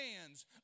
hands